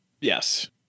Yes